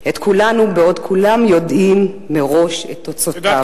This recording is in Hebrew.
את כולנו, בעוד כולם יודעים מראש את תוצאותיו.